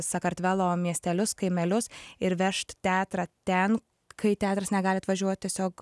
sakartvelo miestelius kaimelius ir vežt teatrą ten kai teatras negali atvažiuot tiesiog